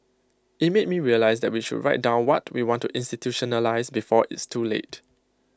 IT made me realise that we should write down what we want to institutionalise before it's too late